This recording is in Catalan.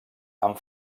amb